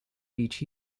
each